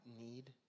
need